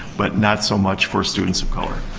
but not so much for students of color.